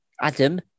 Adam